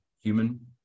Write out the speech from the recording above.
Human